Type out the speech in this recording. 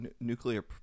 nuclear